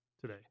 today